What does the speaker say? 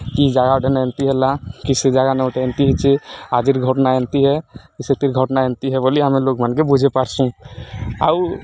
କି ଜାଗା ଗୁଟେନେ ଏନ୍ତି ହେଲା କି ସେ ଜାଗାନେ ଗୁଟେ ଏନ୍ତି ହେଇଛେ ଆଜିର୍ ଘଟନା ଏନ୍ତି ଏ ସେତିର୍ ଘଟନା ଏନ୍ତି ଏ ବୋଲି ଆମେ ଲୋକ୍ମାନ୍କେ ବୁଝେଇ ପାର୍ସୁଁ ଆଉ